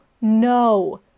No